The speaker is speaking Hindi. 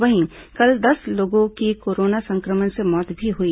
वहीं कल दस लोगों की कोरोना संक्रमण से मौत भी हुई